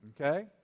Okay